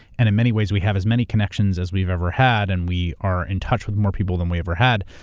and in many ways we have as many connections as we've ever had and we are in touch with more people than we ever had.